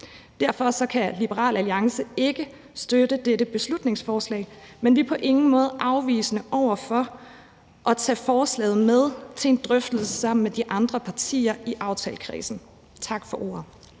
Derfor kan Liberal Alliance ikke støtte dette beslutningsforslag, men vi er på ingen måde afvisende over for at tage forslaget med til en drøftelse sammen med de andre partier i aftalekredsen. Tak for ordet.